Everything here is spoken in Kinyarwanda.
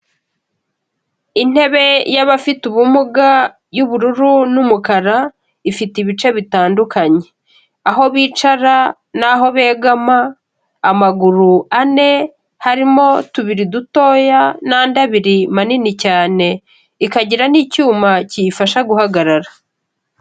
Intebe y'abafite ubumuga y'ubururu n'umukara, ifite ibice bitandukanye, aho bicara n'aho begama, amaguru ane harimo tubiri dutoya n'andi abiri manini cyane, ikagira n'icyuma kiyifasha guhagarara.